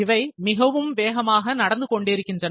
இவை மிகவும் வேகமாக நடந்து கொண்டிருக்கின்றன